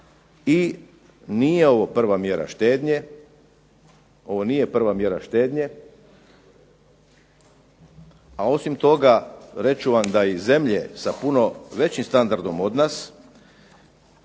nije prva mjera štednje, a osim toga reći ću vam da i zemlje sa puno većim standardom od nas